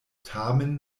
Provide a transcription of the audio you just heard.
tamen